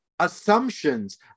assumptions